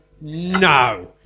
No